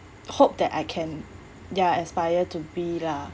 hope that I can ya aspire to be lah